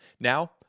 Now